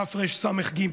תרס"ג.